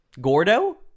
Gordo